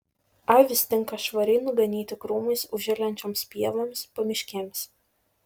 avys tinka švariai nuganyti krūmais užželiančioms pievoms pamiškėms